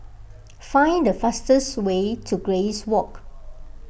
find the fastest way to Grace Walk